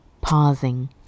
pausing